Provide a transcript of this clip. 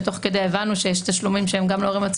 ותוך כדי כך הבנו שיש תשלומים שהם גם